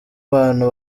abantu